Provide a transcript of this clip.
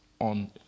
on